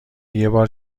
یکبار